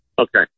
Okay